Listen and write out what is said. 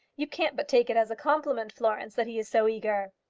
you can't but take it as a compliment, florence, that he is so eager.